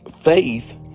faith